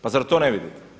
Pa zar to ne vidite?